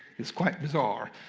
it's quite bizarre.